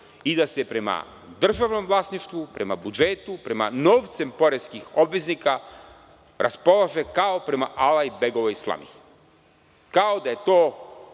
i da se prema državnom vlasništvu, prema budžetu, prema novcu poreskih obveznika raspolaže kao prema Alajbegovoj slami, kao da je to